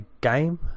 game